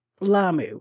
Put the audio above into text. Lamu